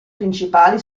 principali